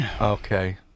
Okay